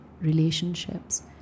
relationships